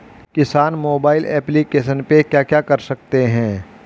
किसान mobile application पे क्या क्या कर सकते हैं?